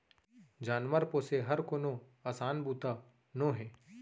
जानवर पोसे हर कोनो असान बूता नोहे